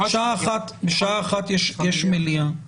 בשעה 13:00 יש מליאה.